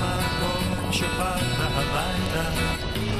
סדר-היום הוא הודעת הממשלה על רצונה להחיל דין